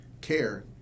care